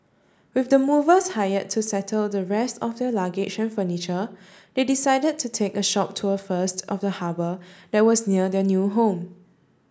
with the movers hired to settle the rest of their luggage and furniture they decided to take a short tour first of the harbour that was near their new home